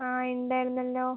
ആ ഉണ്ടായിരുന്നല്ലോ